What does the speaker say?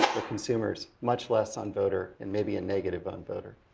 consumers much less on voter. and maybe a negative on voter.